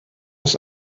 ist